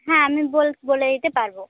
হ্যাঁ আমি বোল বলে দিতে পারবো